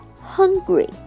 hungry